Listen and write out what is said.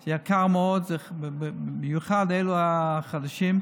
זה יקר מאוד, במיוחד אלו החדשות.